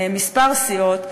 כמה סיעות,